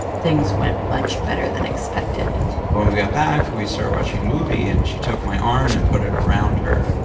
things went much better than expected when we got back, we started so watching a movie. and she took my arm and put it around her.